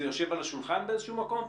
זה נמצא על השולחן באיזה מקום?